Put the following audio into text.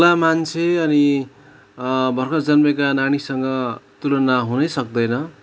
ठुला मान्छे अनि भर्खर जन्मेका नानीसँग तुलना हुनै सक्दैन